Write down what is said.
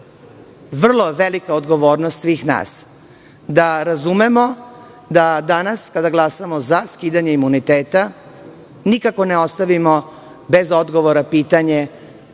je odgovornost svih nas da razumemo, da danas kada glasamo za skidanje imuniteta nikako ne ostavimo bez odgovora pitanje